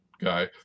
guy